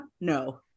No